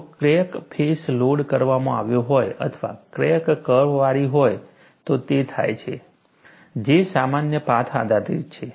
જો crack face load કરવામાં આવ્યા હોય અથવા ક્રેક કર્વવાળી હોય તો તે થાય છે J સામાન્ય પાથ આધારિત છે